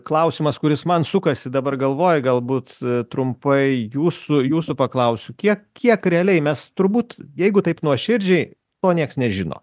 klausimas kuris man sukasi dabar galvoj galbūt trumpai jūsų jūsų paklausiu kiek kiek realiai mes turbūt jeigu taip nuoširdžiai to nieks nežino